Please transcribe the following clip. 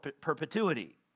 perpetuity